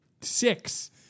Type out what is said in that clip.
six